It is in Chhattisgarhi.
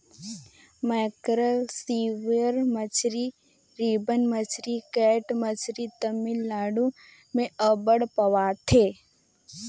मकैरल, सिल्वर मछरी, रिबन मछरी, कैट मछरी तमिलनाडु में अब्बड़ पवाथे